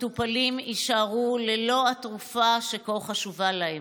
המטופלים יישארו ללא התרופה שכה חשובה להם.